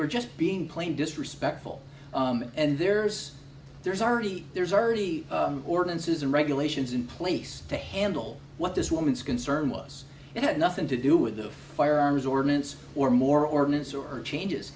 were just being plain disrespectful and there's there's already there's already ordinances and regulations in place to handle what this woman's concern was it had nothing to do with the firearms ordinance or more ordinance or changes